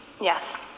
Yes